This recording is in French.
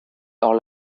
hors